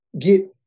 get